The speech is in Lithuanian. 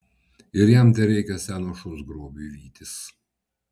ir jam tereikia seno šuns grobiui vytis